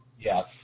Yes